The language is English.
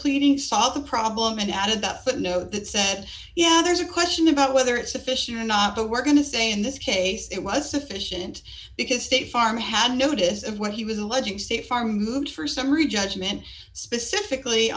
pleading saw the problem and added that but no that said yeah there's a question about whether it's sufficient or not but we're going to say in this case it was sufficient because state farm had notice of what he was alleging state farm moved for summary judgment specifically